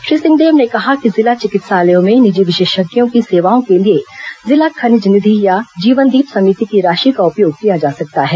श्री सिंहदेव ने कहा कि जिला चिकित्सालयों में निजी विशेषज्ञों की सेवाओं के लिए जिला खनिज निधि या जीवनदीप समिति की राशि का उपयोग किया जा सकता है